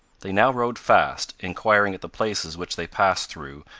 they now rode fast, inquiring at the places which they passed through,